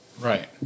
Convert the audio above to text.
Right